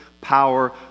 power